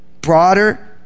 Broader